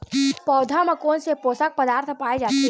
पौधा मा कोन से पोषक पदार्थ पाए जाथे?